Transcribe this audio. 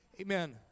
Amen